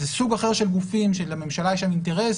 זה סוג אחר של גופים שלממשלה יש שם אינטרס